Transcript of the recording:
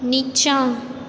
नीच्चाँ